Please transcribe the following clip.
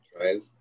right